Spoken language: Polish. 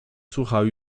słuchał